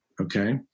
okay